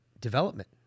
Development